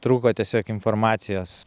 trūko tiesiog informacijos